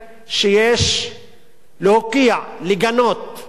לגנות את הפוליטיקאים האלה.